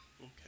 Okay